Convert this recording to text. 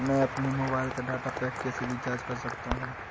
मैं अपने मोबाइल का डाटा पैक कैसे रीचार्ज कर सकता हूँ?